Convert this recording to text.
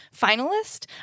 finalist